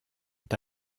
ont